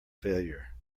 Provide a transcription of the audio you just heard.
failure